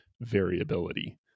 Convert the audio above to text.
variability